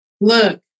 Look